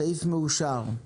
הסעיף אושר עם